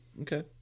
Okay